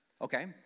okay